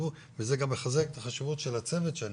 וזה גם מחזק את החשיבות של הצוות שאני